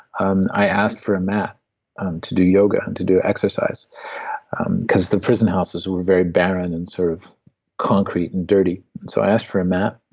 um i asked for a mat to do yoga, and to do exercise because the prison houses were very barren, and sort of concrete and dirty so i asked for a mat.